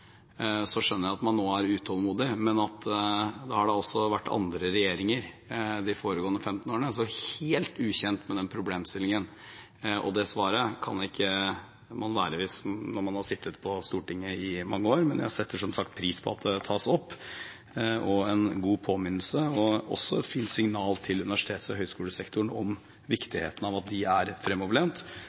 Så skjønner jeg at man nå er utålmodig, men det har også vært andre regjeringer de foregående 15 årene, så helt ukjent med den problemstillingen og det svaret kan man ikke være når man har sittet på Stortinget i mange år. Men jeg setter, som sagt, pris på at det tas opp, og det er en god påminnelse og også et fint signal til universitets- og høyskolesektoren om viktigheten av at de er fremoverlent.